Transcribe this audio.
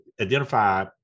identify